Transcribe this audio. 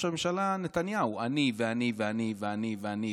הממשלה נתניהו: אני ואני ואני ואני ואני,